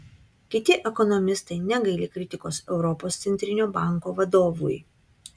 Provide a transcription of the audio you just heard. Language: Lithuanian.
kiti ekonomistai negaili kritikos europos centrinio banko vadovui